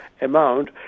amount